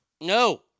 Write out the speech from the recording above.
No